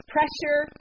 Pressure